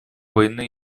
войны